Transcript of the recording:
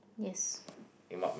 yes